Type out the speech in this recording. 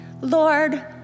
Lord